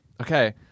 Okay